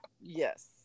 Yes